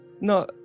No